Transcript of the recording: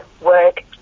work